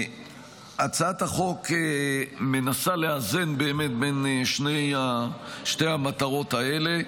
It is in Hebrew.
הצעת החוק מנסה לאזן באמת בין שתי המטרות האלה,